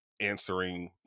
answering